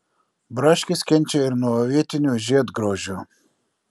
braškės kenčia ir nuo avietinių žiedgraužių